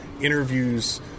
interviews